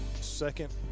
second